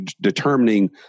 determining